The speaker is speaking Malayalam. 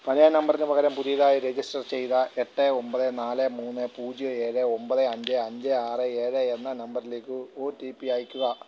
പഴയ നമ്പറിന് പകരം പുതിയതായി രജിസ്റ്റർ ചെയ്ത എട്ട് ഒമ്പത് നാല് മൂന്ന് പൂജ്യം ഏഴ് ഒമ്പത് അഞ്ച് അഞ്ച് ആറ് ഏഴ് എന്ന നമ്പറിലേക്ക് ഒ ടി പി അയയ്ക്കുക